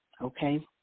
Okay